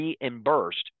reimbursed